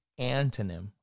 antonym